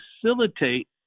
facilitate